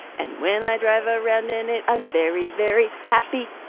and when i drive around in it, i'm very, very happy.